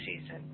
season